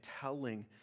telling